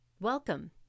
Welcome